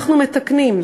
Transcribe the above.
אנחנו מתקנים.